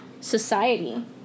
society